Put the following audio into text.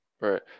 right